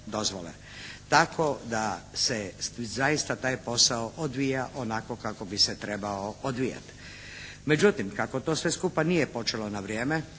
tako da se zaista taj posao odvija onako kako bi se trebao odvijati. Međutim, kako to sve skupa nije počelo na vrijeme